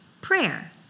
prayer